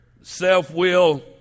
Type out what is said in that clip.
self-will